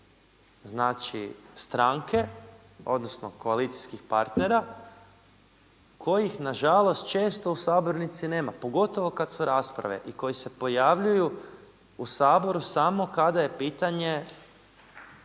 znači stranke, odnosno koalicijskih partnera kojih na žalost često u sabornici nema pogotovo kad su rasprave i koji se pojavljuju u Saboru samo kada je pitanje